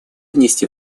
внести